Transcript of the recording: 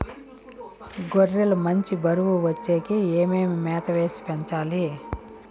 గొర్రె లు మంచి బరువు వచ్చేకి ఏమేమి మేత వేసి పెంచాలి?